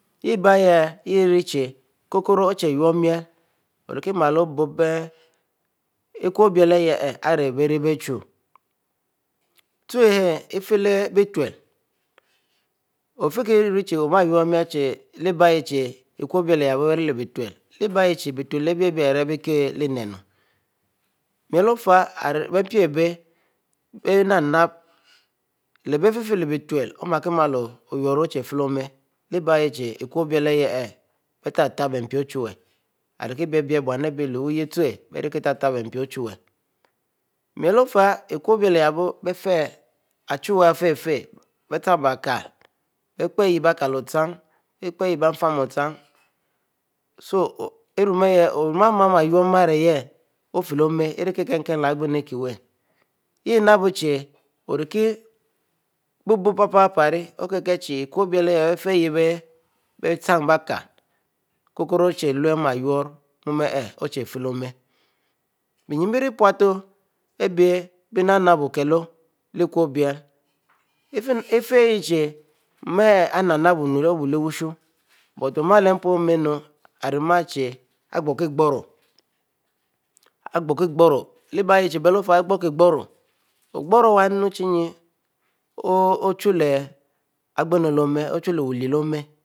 Ikokro omie yurro miel ori male obpe ikw oble iwu hieh ari bie chie ute hieh ifieh, bieutele, fikieh rue chie ma yurro miel chie iko-oble iyehboo bierie lybetule aleh bieh yeh chie bie utele abie bieh ari bei rie oninu miel ofieh ibie pieh ibeh, inap-napbie lehbie fieh-fieh lebietule oma leh bie yeh chie iko-obleyeh itep-tepb biempi ochuwue, ari ble-ble bum aribi lyieh wuute bie ari tep-tepb bie ochuwue, miel ofieh yah biefieh, ichuwue arififieh, bie chin bie kile bie pie ayeh biekile chin, bie pie ayie bie fimu ochin so iruieh om'a mammieh oyurro mu arieh ofieh leh omie arikieh-kinkinu leh ighinu ikieh wuie ori bububpiepie rie, kile chie ik-oble yeh ifieh bon ari bie chin bie kile ikokoro ochie lehlu onna yurro miel arieh ofieh ma beynne bie rie puteoh abie bnap-napb okile ikowu oble kilu, mu ahiel nap-napb okilu lehushu igbrikigbro, miel fieh ogbriou ochu lehwulwl lwh oma